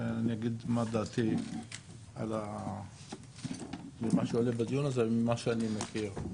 אני אגיד מה דעתי על מה שעולה בדיון הזה ומה שאני מכיר.